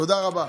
תודה רבה.